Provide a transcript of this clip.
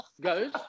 goes